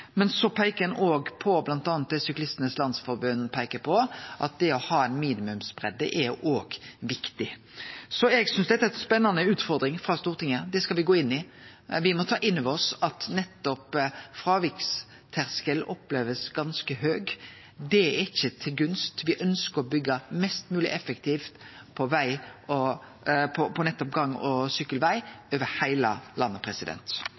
Men så peiker ein òg på bl.a. det Syklistenes Landsforening peiker på, at det å ha ei minimumsbreidd er viktig. Eg synest dette er ei spennande utfordring frå Stortinget. Det skal vi gå inn i. Me må ta inn over oss at terskelen for fråvik blir opplevd som ganske høg. Det er ikkje til gunst. Me ønskjer å byggje mest mogleg effektivt på gang- og